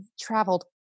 traveled